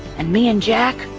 and me and jack,